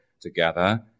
together